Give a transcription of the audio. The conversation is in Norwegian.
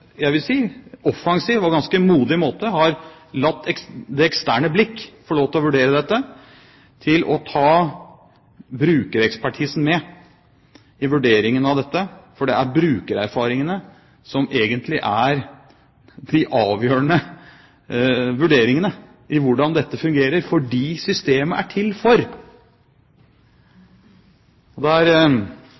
jeg si offensiv og ganske modig måte har latt det eksterne blikk få lov til å vurdere dette ved å ta brukerekspertisen med i vurderingen av dette, for det er brukererfaringene som egentlig er de avgjørende vurderingene for hvordan dette fungerer for dem som systemet er til for. Jeg ser at diverse professorer er